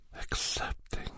accepting